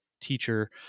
teacher